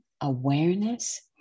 awareness